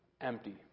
empty